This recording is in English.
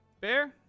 bear